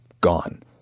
gone